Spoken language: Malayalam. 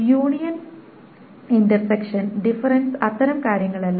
യൂണിയൻ ഇന്റർസെക്ഷൻ ഡിഫറെൻസ് അത്തരം കാര്യങ്ങളെല്ലാം